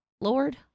Lord